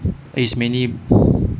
is mainly